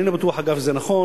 ואני לא בטוח, אגב, שזה נכון.